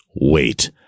wait